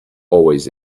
always